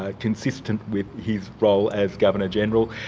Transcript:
ah consistent with his role as governor general.